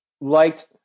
liked